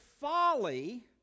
Folly